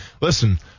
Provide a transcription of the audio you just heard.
Listen